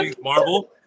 Marvel